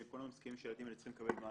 כולנו מסכימים שהילדים האלה צריכים לקבל מענה